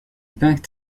peint